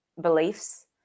beliefs